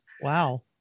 wow